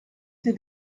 sie